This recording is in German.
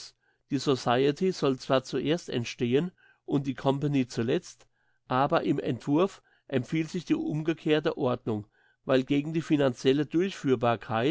die society soll zwar zuerst entstehen und die company zuletzt aber im entwurf empfiehlt sich die umgekehrte ordnung weil gegen die finanzielle